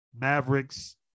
Mavericks